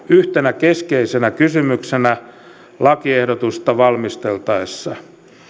yhtenä keskeisenä kysymyksenä lakiehdotusta valmisteltaessa